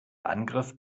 angriff